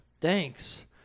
Thanks